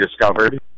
discovered